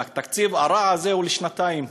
והתקציב הרע הזה הוא לשנתיים.